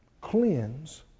cleanse